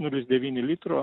nulis devyni litro